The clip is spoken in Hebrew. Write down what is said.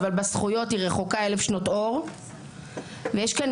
אבל בזכויות היא רחוקה אלף שנות אור ויש כאן